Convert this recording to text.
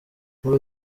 muri